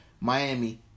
Miami